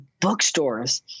bookstores